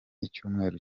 icyumweru